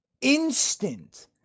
instant